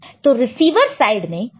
तो receiver side में हम क्या करेंगे